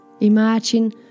Imagine